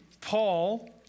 Paul